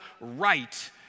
right